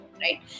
right